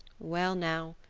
well now,